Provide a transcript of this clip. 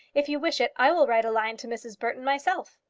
if you wish it, i will write a line to mrs. burton myself.